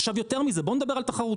עכשיו יותר מזה, בואו נדבר על תחרות.